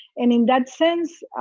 and in that sense,